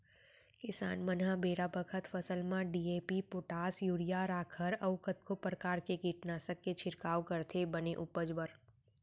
किसान मन ह बेरा बखत फसल म डी.ए.पी, पोटास, यूरिया, राखड़ अउ कतको परकार के कीटनासक के छिड़काव करथे बने उपज बर